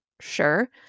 sure